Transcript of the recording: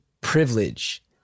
privilege